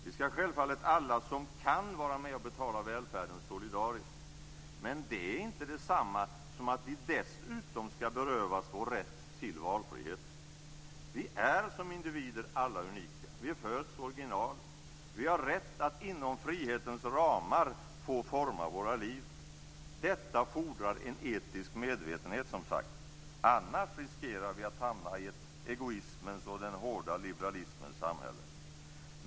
Vi skall självfallet, alla som kan, vara med och betala välfärden solidariskt, men det är inte detsamma som att vi dessutom skall berövas vår rätt till valfrihet. Vi är som individer alla unika. Vi föds original. Vi har rätt att inom frihetens ramar få forma våra liv. Detta fordrar en etisk medvetenhet, som sagt. Annars riskerar vi att hamna i ett egoismens och den hårda liberalismens samhälle.